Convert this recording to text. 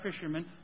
fishermen